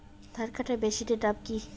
ধান কাটার মেশিনের নাম কি?